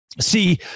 See